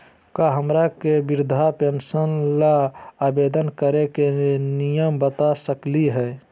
का हमरा के वृद्धा पेंसन ल आवेदन करे के नियम बता सकली हई?